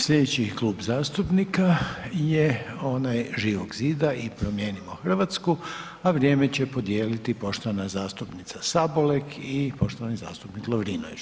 Slijedeći Klub zastupnika je onaj Živog zida i Promijenimo Hrvatsku, a vrijem će podijeliti poštovana zastupnica Sabolek i poštovani zastupnik Lovrinović.